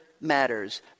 matters